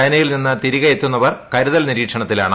ചൈനയിൽ നിന്ന് തിരികെ എത്തുന്നവർ കരുതൽ നിരീക്ഷണത്തിലാണ്